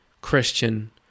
Christian